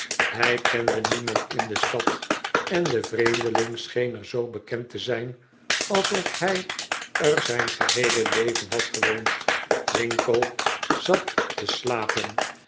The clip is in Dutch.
hij kende niemand in de stad en de vreemdeling scheen er zoo bekend te zijn alsof hij er zijn geheele leven had gewoond winkle zat te slapen